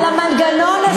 על המנגנון השמן,